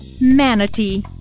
Manatee